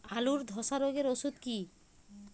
আলুর ধসা রোগের ওষুধ কি?